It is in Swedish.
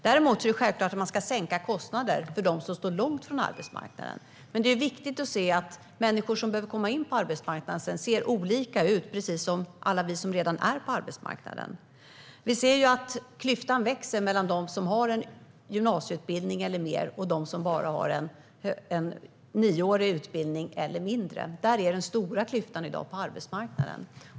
Däremot är det självklart att man ska sänka kostnaderna för dem som står långt ifrån arbetsmarknaden. Men det är viktigt att inse att de människor som behöver komma in på arbetsmarknaden ser olika ut, precis som alla vi som redan är där. Vi ser att klyftan växer mellan dem som har gymnasieutbildning eller mer och dem som bara har nioårig utbildning eller mindre. Där finns den stora klyftan i dag på arbetsmarknaden.